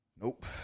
Nope